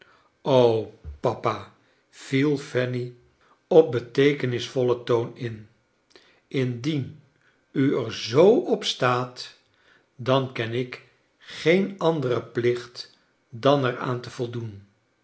papa viel fanny op beteekennisvollen toon in indien u er zoo op staat dan ken ik geen anderen plicht dan er aan te voldoen